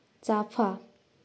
चाफा